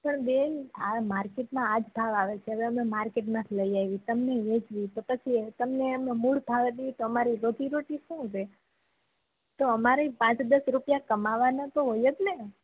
પણ બેન આ માર્કેટમાં આજ ભાવ આવે છે હવે અમે માર્કેટમાંથી લઈ આવી તમને વેચવી તો પછી તમને અમે મૂળ ભાવે દઈએ તો અમારી રોજી રોટી શું રે તો અમારી પાંચ દસ રૂપિયા કમાવાના તો હોય જ ને